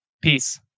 Peace